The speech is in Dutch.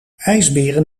ijsberen